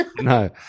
no